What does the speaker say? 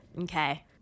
Okay